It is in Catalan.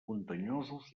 muntanyosos